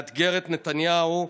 לאתגר את נתניהו,